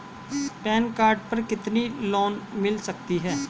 Pan card पर कितना loan मिल सकता है?